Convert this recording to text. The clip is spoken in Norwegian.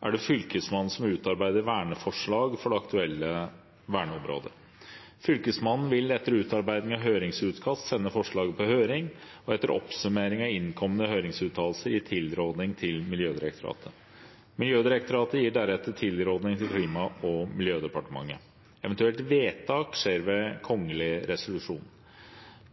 er det Fylkesmannen som utarbeider verneforslag for det aktuelle verneområdet. Fylkesmannen vil etter utarbeiding av høringsutkast sende forslaget på høring og etter oppsummering av innkomne høringsuttalelser gi tilråding til Miljødirektoratet. Miljødirektoratet gir deretter tilråding til Klima- og miljødepartementet. Et eventuelt vedtak skjer ved kongelig resolusjon.